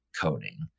coding